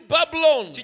Babylon